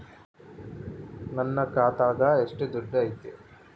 ನನ್ನ ಖಾತ್ಯಾಗ ಎಷ್ಟು ದುಡ್ಡು ಐತಿ?